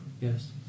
Yes